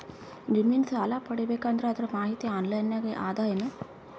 ಜಮಿನ ಸಾಲಾ ಪಡಿಬೇಕು ಅಂದ್ರ ಅದರ ಮಾಹಿತಿ ಆನ್ಲೈನ್ ನಾಗ ಅದ ಏನು?